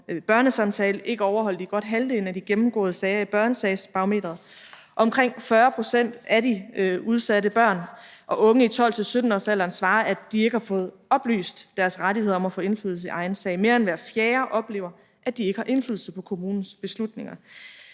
børnesamtale ikke overholdt i godt halvdelen af de gennemgåede sager i Børnesagsbarometeret. Omkring 40 pct. af de udsatte børn og unge i 12-17-årsalderen svarer, at de ikke har fået oplyst deres rettigheder om at få indflydelse på egen sag, og mere end hver fjerde oplever, at de ikke har indflydelse på kommunens beslutninger.